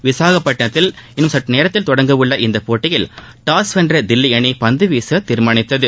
விசாகப்பட்டினத்தில் இன்னும் சற்றுநேரத்தில் தொடங்க உள்ள இப்போட்டியில் டாஸ் வென்ற தில்லி அணி பந்துவீச தீர்மானித்தது